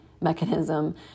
mechanism